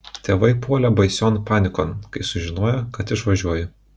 tėvai puolė baision panikon kai sužinojo kad išvažiuoju